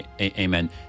Amen